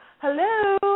hello